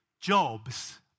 jobs